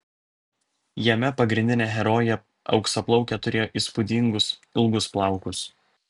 jame pagrindinė herojė auksaplaukė turėjo įspūdingus ilgus plaukus